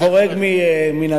אני חורג ממנהגי,